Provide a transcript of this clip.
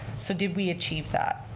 so did we achieve that?